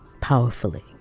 powerfully